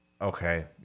Okay